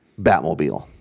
Batmobile